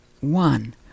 one